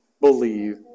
believe